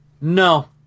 No